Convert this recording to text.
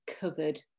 covered